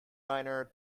niner